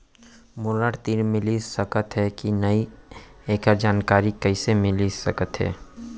मोला ऋण मिलिस सकत हे कि नई एखर जानकारी कइसे मिलिस सकत हे?